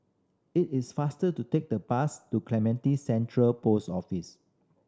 it is faster to take the bus to Clementi Central Post Office